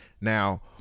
Now